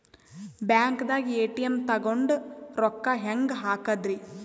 ಬ್ಯಾಂಕ್ದಾಗ ಎ.ಟಿ.ಎಂ ತಗೊಂಡ್ ರೊಕ್ಕ ಹೆಂಗ್ ಹಾಕದ್ರಿ?